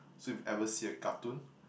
so if you ever see a cartoon